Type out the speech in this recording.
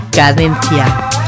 Cadencia